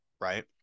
right